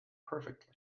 perfectly